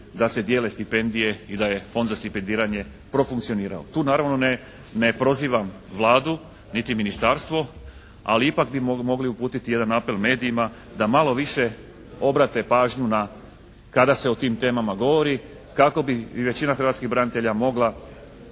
da se dijele stipendije i da je Fond za stipendiranje profunkcionirao. Tu naravno ne prozivam Vladu niti ministarstvo, ali ipak bi mogli uputiti jedan apel medijima da malo više obrate pažnju da kada se o tim temama govori, kako bi većina hrvatskih branitelja mogla